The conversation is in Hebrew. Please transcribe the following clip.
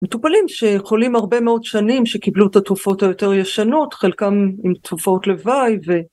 מטופלים שחולים הרבה מאוד שנים שקיבלו את התרופות היותר ישנות חלקם עם תופעות לוואי